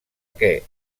que